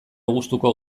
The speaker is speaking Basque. gustuko